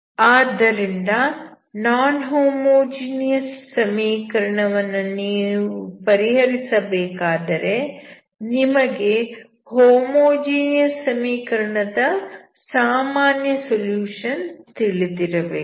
ಆದ್ದರಿಂದ non homogeneous ಸಮೀಕರಣ ವನ್ನು ನೀವು ಪರಿಹರಿಸಬೇಕಾದರೆ ನಿಮಗೆ ಹೋಮೋಜಿನಿಯಸ್ ಸಮೀಕರಣ ದ ಸಾಮಾನ್ಯ ಸೊಲ್ಯೂಷನ್ ತಿಳಿದಿರಬೇಕು